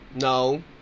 No